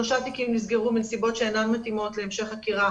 שלושה תיקים נסגרו מנסיבות שאינן מתאימות להמשך חקירה